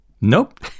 Nope